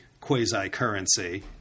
quasi-currency